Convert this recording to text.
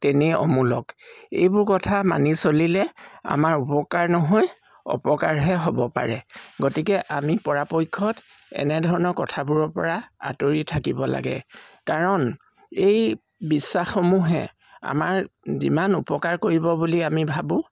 তেনেই অমূলক এইবোৰ কথা মানি চলিলে আমাৰ উপকাৰ নহৈ অপকাৰহে হ'ব পাৰে গতিকে আমি পৰাপক্ষত এনেধৰণৰ কথাবোৰৰ পৰা আঁতৰি থাকিব লাগে কাৰণ এই বিশ্বাসসমূহে আমাৰ যিমান উপকাৰ কৰিব বুলি আমি ভাবোঁ